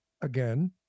again